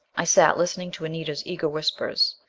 i sat listening to anita's eager whispers.